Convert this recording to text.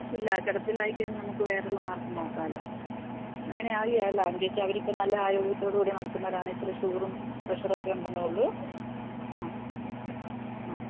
ഇല്ല കിടപ്പിലായിക്കഴിയുമ്പോള് നമുക്ക് വേറെയുള്ള മാർഗ്ഗം നോക്കാമല്ലോ അങ്ങനെ ആവുകയില്ല അതെന്താണെന്നുവെച്ചാല് അവരിപ്പം നല്ല ആരോഗ്യത്തോടുകൂടി നടക്കുന്നവരാണ് ഇത്തിരി ഷുഗറും പ്രഷറുമൊക്കെ ഉണ്ടെന്നേയുള്ളൂ ആ ആ